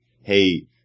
hey